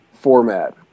format